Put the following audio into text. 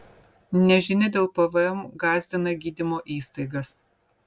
nežinia dėl pvm gąsdina gydymo įstaigas